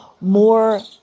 more